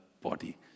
body